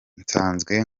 nsanzwe